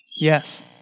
Yes